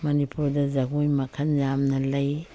ꯃꯅꯤꯄꯨꯔꯗ ꯖꯒꯣꯏ ꯃꯈꯜ ꯌꯥꯝꯅ ꯂꯩ